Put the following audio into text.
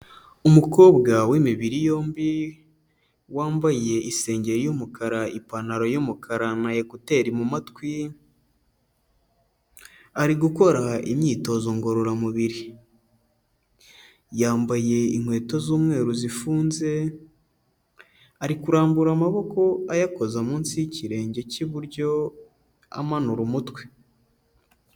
Umukobwa w'imibiri yombi, wambaye isengeri y'umukara, ipantaro y'umukara na ekuteri mu matwi, ari gukora imyitozo ngororamubiri, yambaye inkweto z'umweru zifunze, ari kurambura amaboko ayakoza munsi y'ikirenge k'iburyo amanura umutwe.